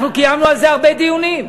אנחנו קיימנו על זה הרבה דיונים,